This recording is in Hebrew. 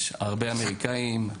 יש הרבה אמריקאים,